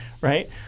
right